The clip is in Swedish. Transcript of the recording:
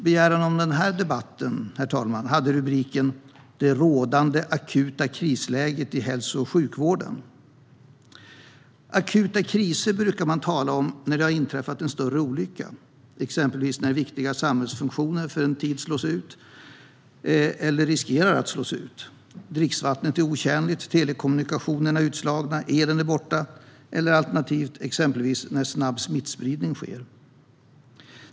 När den här debatten begärdes var rubriken: Det rådande akuta krisläget i hälso och sjukvården . Akuta kriser brukar man tala om när det har inträffat en större olycka, exempelvis när viktiga samhällsfunktioner för en tid slås ut eller riskerar att slås ut, när dricksvattnet är otjänligt, telekommunikationerna utslagna eller när elen är borta, alternativt när det exempelvis sker en snabb smittspridning.